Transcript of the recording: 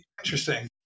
Interesting